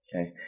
okay